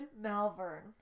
Malvern